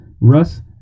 Russ